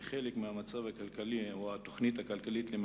וחלק מהמצב הכלכלי הוא התוכנית הכלכלית.